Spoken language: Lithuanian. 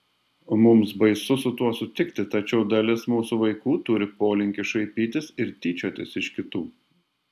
mums baisu su tuo sutikti tačiau dalis mūsų vaikų turi polinkį šaipytis ir tyčiotis iš kitų